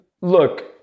look